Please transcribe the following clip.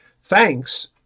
Thanks